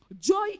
Joy